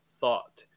Thought